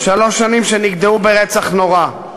שלוש שנים שנגדעו ברצח נורא.